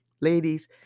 Ladies